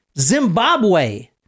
Zimbabwe